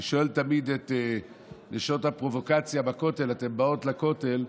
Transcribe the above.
אני שואל תמיד את נשות הפרובוקציה בכותל: אתן באות לכותל,